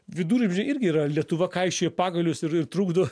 viduramžiai irgi yra lietuva kaišioja pagalius ir trukdo